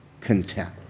content